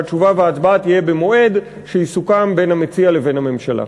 שהתשובה וההצבעה יהיו במועד שיסוכם בין המציע לבין הממשלה.